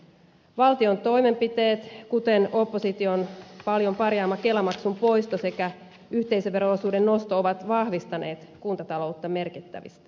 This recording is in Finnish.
valtion toimenpiteet kuten opposition paljon parjaama kelamaksun poisto sekä yhteisövero osuuden nosto ovat vahvistaneet kuntataloutta merkittävästi